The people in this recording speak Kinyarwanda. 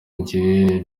njye